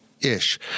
Ish